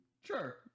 sure